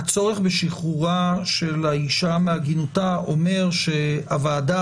שהצורך בשחרורה של האישה מעגינותה אומר שהוועדה